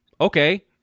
okay